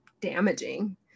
damaging